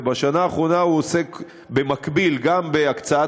ובשנה האחרונה הוא עוסק במקביל גם בהקצאת